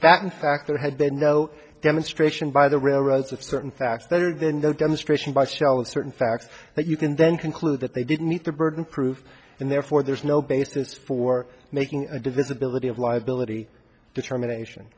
that in fact there had been no demonstration by the railroads of certain facts that are then the demonstration by shell of certain facts that you can then conclude that they didn't meet the burden of proof and therefore there's no basis for making a divisibility of liability determination